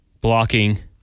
blocking